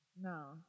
No